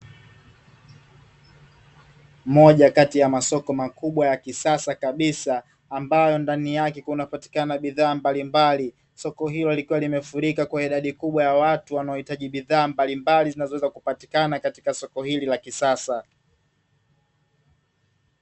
Moja kati ya masoko makubwa ya kisasa kabisa, ambayo ndani yake kunapatikana bidhaa mbalimbali. Soko hilo likiwa limefurika kwa idadi kubwa ya watu wanaohitaji bidhaa mbalimbali zinazoweza kupatikana katika soko hili la kisasa.